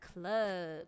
club